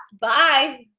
bye